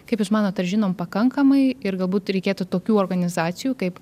kaip jūs manot ar žinom pakankamai ir galbūt reikėtų tokių organizacijų kaip